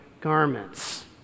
garments